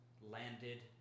landed